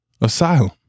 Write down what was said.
asylum